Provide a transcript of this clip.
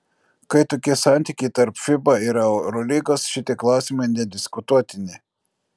kai tokie santykiai tarp fiba ir eurolygos šitie klausimai nediskutuotini